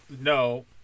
no